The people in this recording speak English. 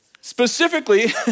specifically